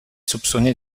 soupçonné